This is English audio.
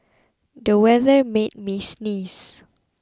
the weather made me sneeze